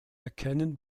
erkennen